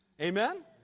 Amen